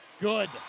good